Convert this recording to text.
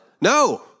No